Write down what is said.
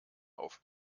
auf